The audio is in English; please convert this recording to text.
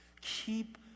keep